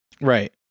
right